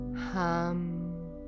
hum